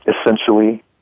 essentially